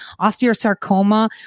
Osteosarcoma